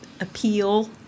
appeal